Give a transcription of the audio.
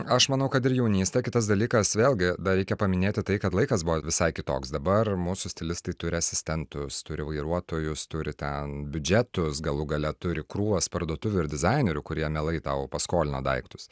aš manau kad ir jaunystė kitas dalykas vėlgi dar reikia paminėti tai kad laikas buvo visai kitoks dabar mūsų stilistai turi asistentus turi vairuotojus turi ten biudžetus galų gale turi krūvas parduotuvių ir dizainerių kurie mielai tau paskolina daiktus